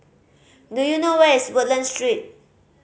do you know where is Woodlands Street